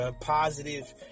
positive